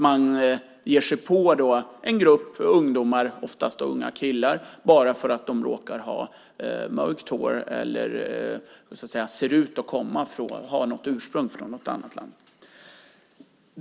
Man ger sig på en grupp ungdomar, oftast unga killar, bara för att de råkar ha mörkt hår eller ser ut att ha ett ursprung i något annat land.